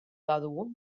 badugu